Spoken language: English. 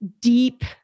deep